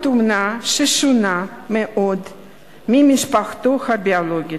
אומנה ששונה מאוד ממשפחתו הביולוגית,